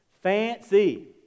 Fancy